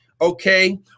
okay